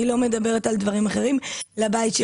אני לא מדברת על דברים אחרים, לבית שלי.